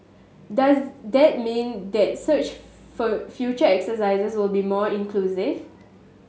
does that mean that such future exercises will be more inclusive